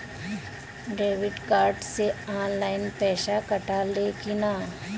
Debit card से online पैसा कटा ले कि ना?